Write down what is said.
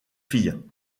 filles